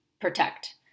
protect